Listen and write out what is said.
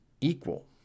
equal